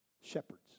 shepherds